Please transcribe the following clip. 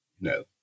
No